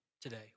today